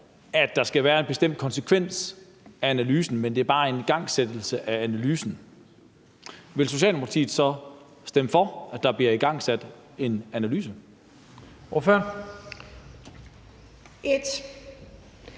at der skal være en bestemt konsekvens af analysen, og det bare drejer sig om en igangsættelse af analysen, vil Socialdemokratiet så stemme for, at der bliver igangsat en analyse? Kl.